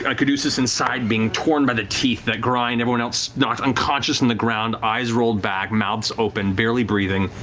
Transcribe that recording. and caduceus inside being torn by the teeth that grind, everyone else knocked unconscious on the ground, eyes rolled back, mouths open, barely breathing,